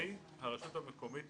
הרשות המקומית